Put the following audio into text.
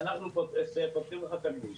אנחנו פותחים לך את הכביש.